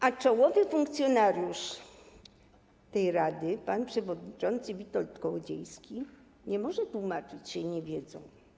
A czołowy funkcjonariusz tej rady pan przewodniczący Witold Kołodziejski nie może tłumaczyć się niewiedzą.